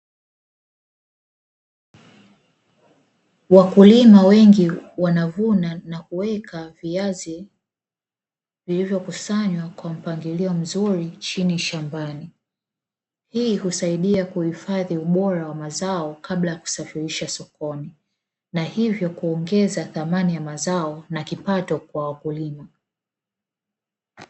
Wakulima wengi wanavuna na kuweka viazi vilivyokusanywa kwa mpangilio mzuri chini shambani, hii husaidia kuhifadhi ubora wa mazao kabla ya kusafirisha sokoni na hivyo kuongeza thamani ya mazao na kipato kwa wakulima.